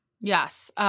Yes